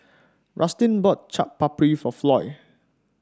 Rustin bought Chaat Papri for Floy